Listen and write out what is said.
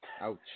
Ouch